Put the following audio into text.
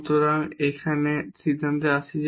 সুতরাং এখন সিদ্ধান্তে আসছি